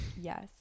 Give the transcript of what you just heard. Yes